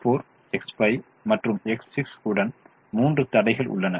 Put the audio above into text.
X4 X5 மற்றும் X6 உடன் 3 தடைகள் உள்ளன